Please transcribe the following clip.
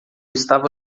estava